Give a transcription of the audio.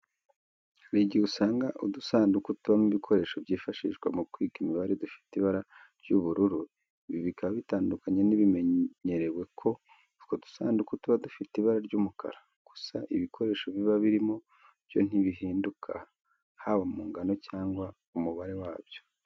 Hari igihe usanga udusanduku tubamo ibikoresho byifashishwa mu kwiga imibare dufite ibara ry'ubururu, ibi bikaba bitandukanye n'ibimenyerewe ko utwo dusanduku tuba dufite ibara ry'umukara. Gusa ibikoresho biba birimo byo ntibinduka, haba mu ngano cyangwa umubare wabyo.